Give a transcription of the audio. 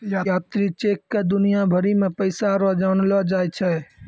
यात्री चेक क दुनिया भरी मे पैसा रो जानलो जाय छै